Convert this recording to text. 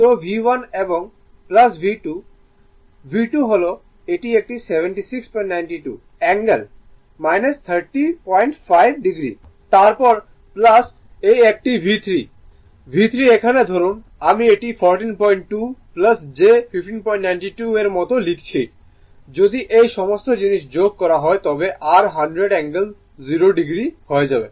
তো V1 এবং V2V2 হল এটি একটি 7692 অ্যাঙ্গেল 305o তারপর এই একটি V3 V3 এখানে ধরুন আমি এটি 142 j 1592 এর মতো লিখছি যদি এই সমস্ত জিনিস যোগ করা হয় তবে r 100 অ্যাঙ্গেল 0 o হয়ে যাবে